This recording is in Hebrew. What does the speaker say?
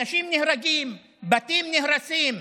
אנשים נהרגים, בתים נהרסים.